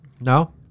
No